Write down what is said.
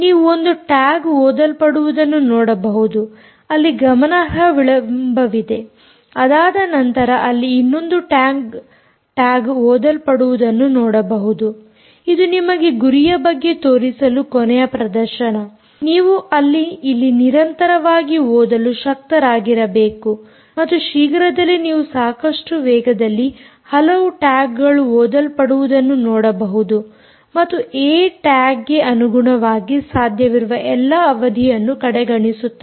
ನೀವು ಒಂದು ಟ್ಯಾಗ್ ಓದಲ್ಪಡುವುದನ್ನು ನೋಡಬಹುದು ಅಲ್ಲಿ ಗಮನಾರ್ಹ ವಿಳಂಬವಿದೆ ಅದಾದ ನಂತರ ಅಲ್ಲಿ ಇನ್ನೊಂದು ಟ್ಯಾಗ್ ಓದಲ್ಪಡುವುದನ್ನು ನೋಡಬಹುದು ಇದು ನಿಮಗೆ ಗುರಿಯ ಬಗ್ಗೆ ತೋರಿಸಲು ಕೊನೆಯ ಪ್ರದರ್ಶನ ನೀವು ಇಲ್ಲಿ ನಿರಂತರವಾಗಿ ಓದಲು ಶಕ್ತರಾಗಿರಬೇಕು ಮತ್ತು ಶೀಘ್ರದಲ್ಲೇ ನೀವು ಸಾಕಷ್ಟು ವೇಗದಲ್ಲಿ ಹಲವು ಟ್ಯಾಗ್ಗಳು ಓದಲ್ಪಡುವುದನ್ನು ನೋಡಬಹುದು ಮತ್ತು ಏ ಟ್ಯಾಗ್ ಗೆ ಅನುಗುಣವಾಗಿ ಸಾಧ್ಯವಿರುವ ಎಲ್ಲಾ ಅವಧಿಯನ್ನು ಕಡೆಗಣಿಸುತ್ತದೆ